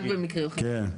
זה רק במקרים חריגים.